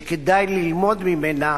שכדאי ללמוד ממנה